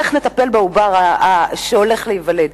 איך נטפל בעובר לאחר שייוולד?